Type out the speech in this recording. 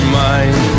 mind